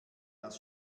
das